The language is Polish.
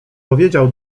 powiedział